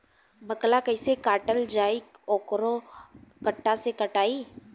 बाकला कईसे काटल जाई औरो कट्ठा से कटाई?